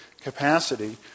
capacity